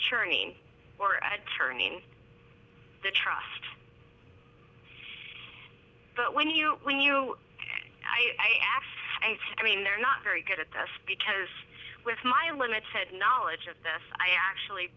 churning or at turning the trust but when you when you and i ask and i mean they're not very good at us because with my limited knowledge of this i actually